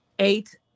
Eight